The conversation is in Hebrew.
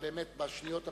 באמת בשניות הראשונות,